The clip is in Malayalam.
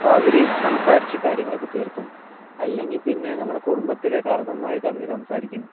അപ്പം അവർ സംസാരിച്ച് കാര്യങ്ങളൊക്കെ തീർക്കും അല്ലെങ്കിൽ പിന്നെ നമ്മുടെ കുടുംബത്തിലെ കാർന്നോന്മാർ തമ്മിൽ സംസാരിയ്ക്കും